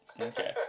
Okay